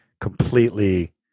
completely